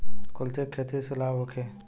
कुलथी के खेती से लाभ होखे?